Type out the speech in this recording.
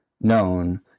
known